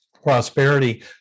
prosperity